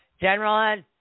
General